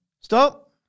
Stop